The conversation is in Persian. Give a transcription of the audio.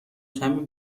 کمی